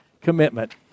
commitment